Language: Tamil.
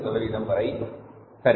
சரி